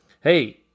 hey